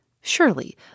Surely